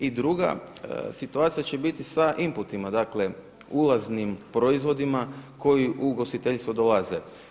I druga situacija će biti sa inputima dakle ulaznim proizvodima koji u ugostiteljstvo dolaze.